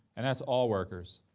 and that's all workers